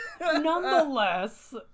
Nonetheless